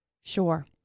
sure